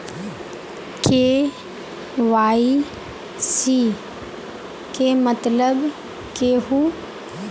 KYC के मतलब केहू?